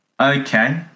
Okay